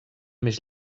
més